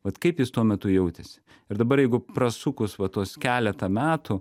vat kaip jis tuo metu jautėsi ir dabar jeigu prasukus va tuos keletą metų